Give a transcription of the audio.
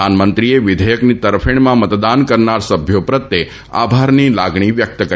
પ્રધાનમંત્રીએ વિઘેચકની તરફેણમાં મતદાન કરનાર સભ્યો પ્રત્યે આભારની લાગણી વ્યક્ત કરી